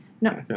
No